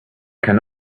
can